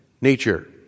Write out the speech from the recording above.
nature